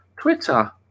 Twitter